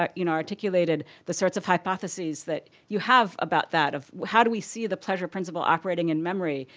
ah you know, articulated the sorts of hypotheses that you have about that, of how do we see the pleasure principle operating in memory,